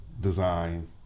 design